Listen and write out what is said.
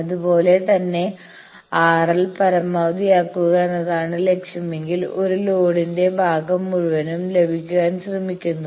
അതുപോലെ തന്നെ ആർഎൽ പരമാവധിയാക്കുക എന്നതാണ് ലക്ഷ്യമെങ്കിൽ ഒരു ലോഡിന്റെ ഭാഗം മുഴുവനും ലഭിക്കാൻ ശ്രമിക്കുന്നു